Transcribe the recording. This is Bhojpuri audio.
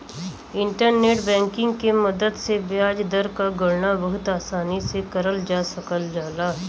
इंटरनेट बैंकिंग के मदद से ब्याज दर क गणना बहुत आसानी से करल जा सकल जाला